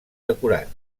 decorat